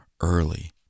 early